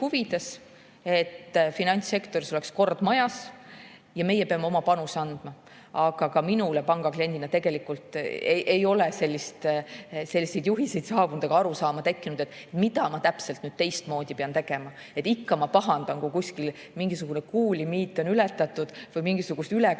et finantssektoris oleks kord majas, ja meie peame oma panuse andma. Aga ka minule panga kliendina tegelikult ei ole selliseid juhiseid saabunud ega arusaama tekkinud, mida ma täpselt nüüd teistmoodi pean tegema. Ikka ma pahandan, kui kuskil mingisugune kuulimiit on ületatud või mingisugust ülekannet